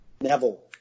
Neville